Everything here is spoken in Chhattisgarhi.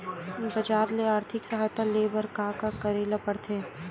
बजार ले आर्थिक सहायता ले बर का का करे ल पड़थे?